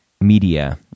media